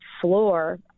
floor